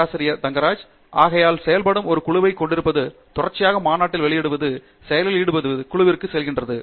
பேராசிரியர் ஆண்ட்ரூ தங்கராஜ் ஆகையால் செயல்படும் ஒரு குழுவைக் கொண்டிருப்பது தொடர்ச்சியாக மாநாட்டில் வெளியிடும் செயலில் ஈடுபடும் குழுவிற்கு செல்கிறது